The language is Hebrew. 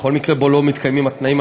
בכל מקרה שלא מתקיימים התנאים,